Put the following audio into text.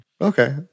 Okay